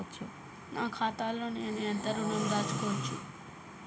నా ఖాతాలో నేను ఎంత ఋణం దాచుకోవచ్చు?